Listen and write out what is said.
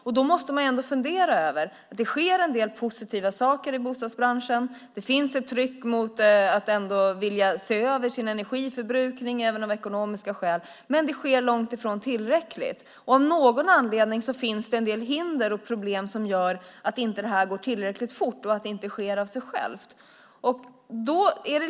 Därför måste man tänka på att det sker en del positiva saker i bostadsbranschen. Det finns ett tryck på att vilja se över sin energiförbrukning, även av ekonomiska skäl, men det är långt ifrån tillräckligt. Av någon anledning finns det en del hinder och problem som gör att det inte går tillräckligt fort och att det inte sker av sig självt.